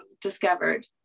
discovered